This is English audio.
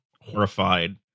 horrified